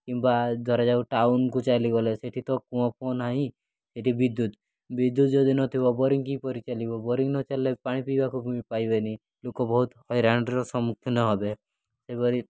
କିମ୍ବା ଧରାଯାଉ ଟାଉନ୍କୁ ଚାଲିଗଲେ ସେଠି ତ କୂଅ ଫୁଅ ନାହିଁ ସେଠି ବିଦ୍ୟୁତ୍ ବିଦ୍ୟୁତ୍ ଯଦି ନଥିବ ବୋରିଂ କିପରି ଚାଲିବ ବୋରିଂ ନ ଚାଲିଲେ ପାଣି ପିଇବାକୁ ପାଇବେନି ଲୋକ ବହୁତ ହଇରାଣର ସମ୍ମୁଖୀନ ହେବେ ସେହିପରି